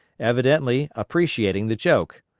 evidently appreciating the joke.